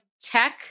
tech